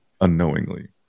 unknowingly